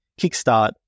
kickstart